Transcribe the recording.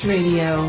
Radio